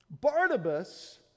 Barnabas